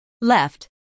left